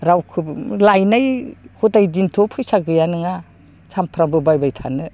रावखौबो लायनाय हदाय दिनथ' फैसा गैया नङा सामफ्रामबो बायबाय थानो